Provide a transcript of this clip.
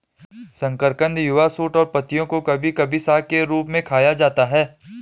शकरकंद युवा शूट और पत्तियों को कभी कभी साग के रूप में खाया जाता है